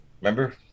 Remember